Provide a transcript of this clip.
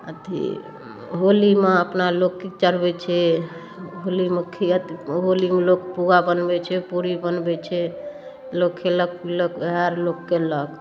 अथी होलीमे अपना लोक चढ़बै छै होलीमे खी अथी होलीमे लोक पूआ बनबै छै पूरी बनबै छै लोक खेलक पीलक वएह लोक केलक